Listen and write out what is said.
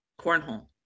Cornhole